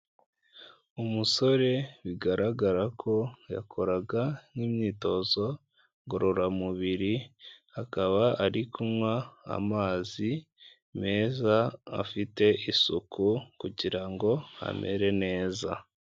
Umusore bigaragara ko yakoraga nk'imyitozo ngororamubiri akaba ari kunywa amazi meza afite isuku kugira ngo amere neza.